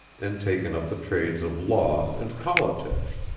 and taken up the trades of law and politics.